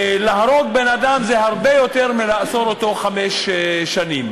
להרוג בן-אדם זה הרבה יותר מלאסור אותו חמש שנים.